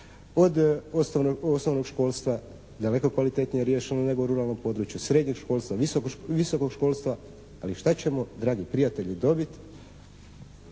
od osnovnog školstva daleko kvalitetnije riješeno nego u ruralnom području, srednjeg školstva, visokog školstva, ali šta ćemo dragi prijatelji dobiti